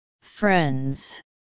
friends